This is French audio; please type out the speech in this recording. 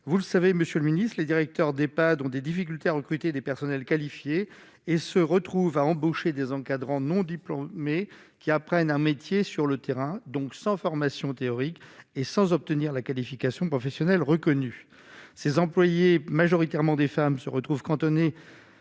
vous le savez, Monsieur le Ministre, les directeurs d'Epad ont des difficultés à recruter des personnels qualifiés et se retrouve à embaucher des encadrants non diplômés mais qui apprennent un métier sur le terrain, donc sans formation théorique, et sans obtenir la qualification professionnelle reconnu ces employées, majoritairement des femmes se retrouve cantonné